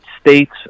States